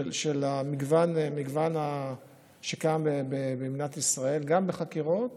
המגוון שקיים במדינת ישראל, גם בחקירות